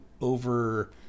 over